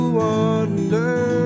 wonder